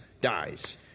dies